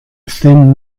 thin